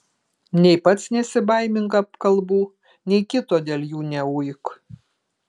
nei pats nesibaimink apkalbų nei kito dėl jų neuik